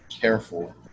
careful